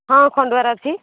ହଁ ଖଣ୍ଡୁଆର ଅଛି